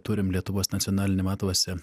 turim lietuvos nacionaliniam atlase